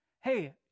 hey